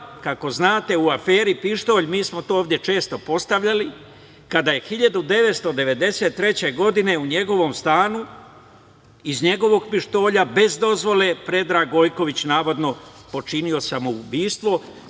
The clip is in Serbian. što znate, u aferi "Pištolj", mi smo to ovde često postavljali, kada je 1993. godine u njegovom stanu, iz njegovog pištolja bez dozvole Predrag Gojković navodno počinio samoubistvo.